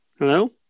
Hello